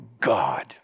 God